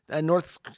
north